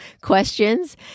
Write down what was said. questions